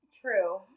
True